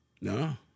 No